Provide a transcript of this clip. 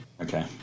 Okay